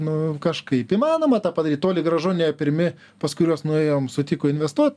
nu kažkaip įmanoma tą padaryt toli gražu ne pirmi pas kuriuos nuėjom sutiko investuot